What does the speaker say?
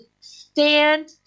stand